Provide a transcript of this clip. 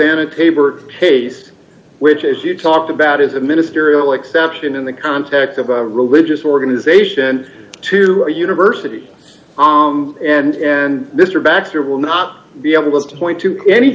hosanna taber taste which as you talked about is a ministerial exception in the context of a religious organization to a university and mr baxter will not be able to point to any